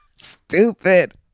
Stupid